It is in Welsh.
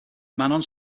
manon